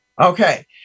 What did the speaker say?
Okay